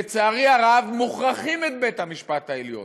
לצערי הרב, מוכרחים את בית-המשפט העליון,